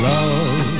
Love